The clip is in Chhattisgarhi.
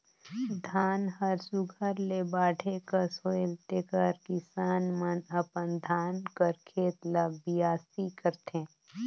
धान हर सुग्घर ले बाढ़े कस होएल तेकर किसान मन अपन धान कर खेत ल बियासी करथे